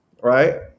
right